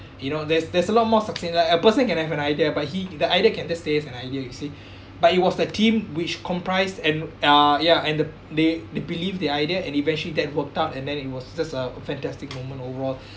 you know there's there's a lot more something like a person can have an idea but he the idea can just stays an idea you see but it was the team which comprised and uh ya and the they they believed the idea and eventually that worked out and then it was just a a fantastic moment overall